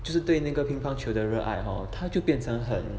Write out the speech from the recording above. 就是对那个乒乓球的热爱 hor 他就变成很